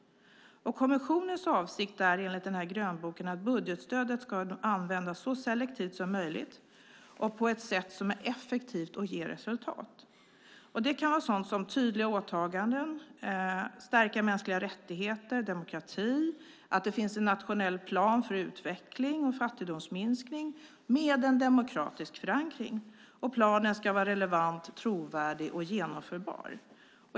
Kommissionens avsikt är enligt den här grönboken att budgetstödet ska användas så selektivt som möjligt och på ett sätt som är effektivt och ger resultat. Det kan vara sådant som tydliga åtaganden, att stärka mänskliga rättigheter, demokrati, att det finns en nationell plan för utveckling och fattigdomsminskning med en demokratisk förankring. Planen ska vara relevant, trovärdig och genomförbar.